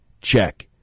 Check